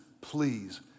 please